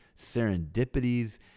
serendipities